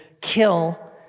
kill